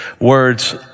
words